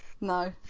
no